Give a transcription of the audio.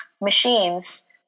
machines